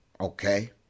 Okay